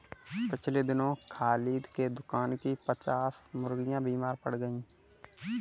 पिछले दिनों खालिद के दुकान की पच्चास मुर्गियां बीमार पड़ गईं